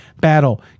battle